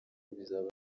bizaba